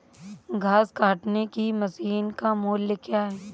घास काटने की मशीन का मूल्य क्या है?